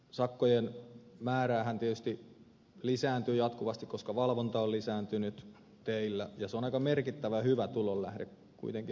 sakkojen määrähän tietysti lisääntyy jatkuvasti koska valvonta on lisääntynyt teillä ja se on aika merkittävä hyvä tulonlähde kuitenkin